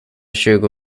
tjugo